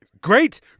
great